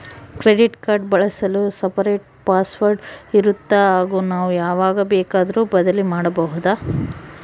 Credit card ಬಳಸಲು separate password ಇರುತ್ತಾ ಹಾಗೂ ನಾವು ಯಾವಾಗ ಬೇಕಾದರೂ ಬದಲಿ ಮಾಡಬಹುದಾ?